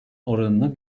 oranını